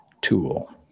tool